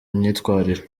myitwarire